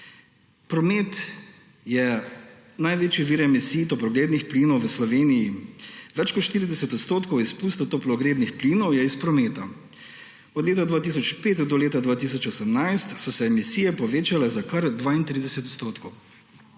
Promet je največji vir emisij toplogrednih plinov v Sloveniji. Več kot 40 % izpustov toplogrednih plinov je iz prometa. Od leta 2005 do leta 2018 so se emisije povečale za kar 32 %.